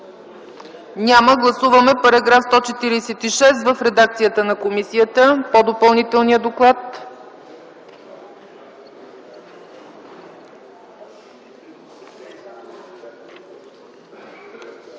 Няма. Гласуваме § 146 в редакция на комисията, по допълнителния доклад.